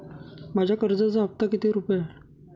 माझ्या कर्जाचा हफ्ता किती रुपये आहे?